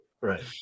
right